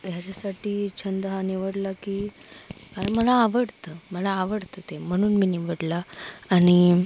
ह्याच्यासाठी छंद हा निवडला की कारण मला आवडतं मला आवडतं ते म्हणून मी निवडला आणि